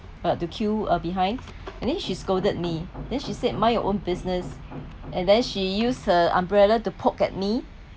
but to queue uh behind and then she scolded me then she said mind your own business and then she use her umbrella to poke at me